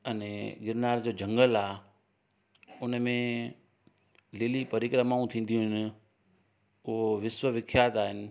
अने घगिरनार जो जंगल आहे उनमें लिलि परिक्रमाऊं थींदियूं आहिनि उहो विश्व विख्यातु आहिनि